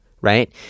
right